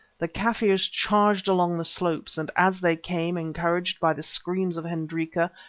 the kaffirs charged along the slopes, and as they came, encouraged by the screams of hendrika,